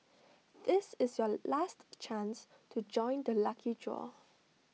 this is your last chance to join the lucky draw